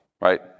right